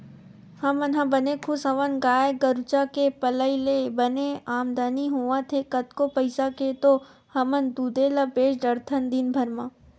हमन ह बने खुस हवन गाय गरुचा के पलई ले बने आमदानी होवत हे कतको पइसा के तो हमन दूदे ल बेंच डरथन दिनभर म